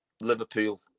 Liverpool